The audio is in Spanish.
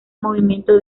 movimiento